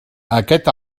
aquest